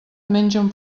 mengen